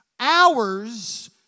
Hours